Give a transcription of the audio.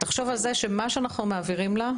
תחשוב על זה שמה שאנחנו מעבירים לה,